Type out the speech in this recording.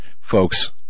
Folks